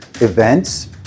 events